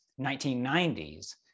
1990s